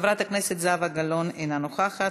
חברת הכנסת זהבה גלאון, אינה נוכחת.